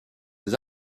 des